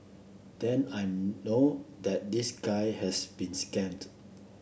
then I know that this guy has been scammed